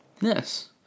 yes